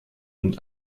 und